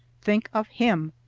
think of him!